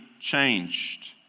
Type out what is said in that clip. changed